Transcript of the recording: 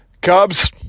Cubs